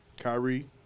Kyrie